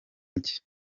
njye